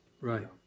right